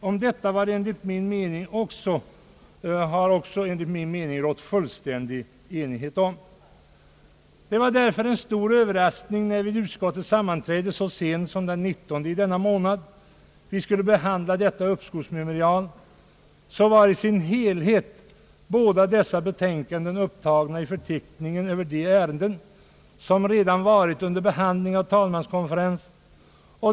Om detta har enligt min mening också rått fullständig enighet. Det var därför en stor överraskning när vi vid utskottets sammanträde så sent som den 19 i denna månad skulle behandla detta uppskovsmemorial. Båda dessa betänkanden var i sin heihet upptagna i förteckningen över de ärenden som redan varit under behandling av talmanskonferensen.